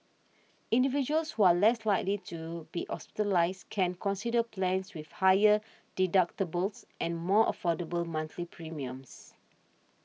individuals who are less likely to be hospitalised can consider plans with higher deductibles and more affordable monthly premiums